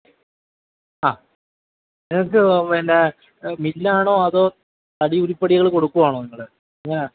അ നിങ്ങള്ക്ക് വേണ്ടാ മില്ലാണോ അതോ തടി ഉരുപ്പടികള് കൊടുക്കുവാണോ നിങ്ങള് എങ്ങനാ